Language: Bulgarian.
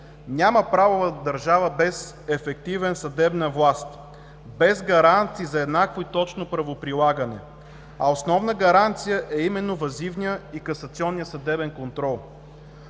Няма правова държава без ефективна съдебна власт, без гаранции за еднакво и точно правоприлагане, а основна гаранция е именно въззивният и касационният съдебен контрол,